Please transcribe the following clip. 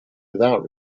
without